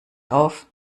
auf